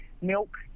milk